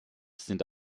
sind